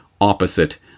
opposite